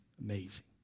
Amazing